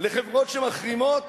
לחברות שמחרימות